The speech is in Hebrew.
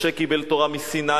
משה קיבל תורה מסיני,